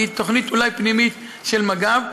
היא אולי תוכנית פנימית של מג"ב.